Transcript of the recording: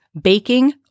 baking